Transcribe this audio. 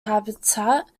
habitat